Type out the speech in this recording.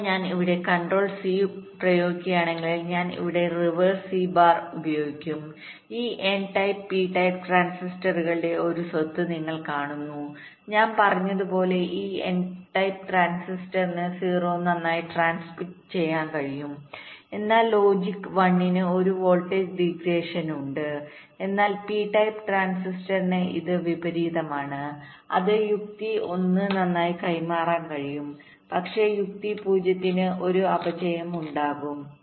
അതിനാൽ ഞാൻ ഇവിടെ കൺട്രോൾ സി പ്രയോഗിക്കുകയാണെങ്കിൽ ഞാൻ ഇവിടെ റിവേഴ്സ് സി ബാർപ്രയോഗിക്കും ഈ n ടൈപ്പ് പി ടൈപ്പ് ട്രാൻസിസ്റ്ററുകളുടെ ഒരു സ്വത്ത് നിങ്ങൾ കാണുന്നു ഞാൻ പറഞ്ഞതുപോലെ ഈ n ടൈപ്പ് ട്രാൻസിസ്റ്ററിന് 0 നന്നായി ട്രാൻസ്മിറ്റ് ചെയ്യാൻ കഴിയും എന്നാൽ ലോജിക്ക് 1 ന് ഒരു വോൾട്ടേജ് ഡീഗ്രഡേഷൻഉണ്ട് എന്നാൽ p ടൈപ്പ് ട്രാൻസിസ്റ്ററിന് ഇത് വിപരീതമാണ് അത് യുക്തി 1 നന്നായി കൈമാറാൻ കഴിയും പക്ഷേ യുക്തി 0 ന് ഒരു അപചയംഉണ്ടാകും